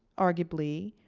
arguably,